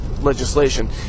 legislation